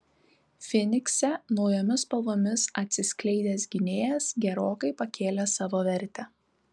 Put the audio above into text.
fynikse naujomis spalvomis atsiskleidęs gynėjas gerokai pakėlė savo vertę